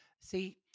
See